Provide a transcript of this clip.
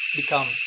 become